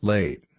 Late